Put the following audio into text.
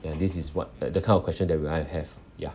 and this is what the the kind of question that will I have ya